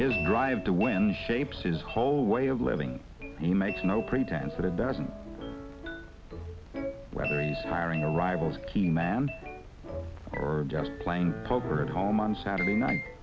his drive to win shapes his whole way of living he makes no pretense that it doesn't firing arrivals keen man or just playing poker at home on saturday night